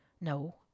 No